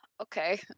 Okay